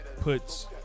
puts